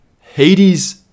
Hades